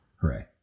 Hooray